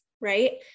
right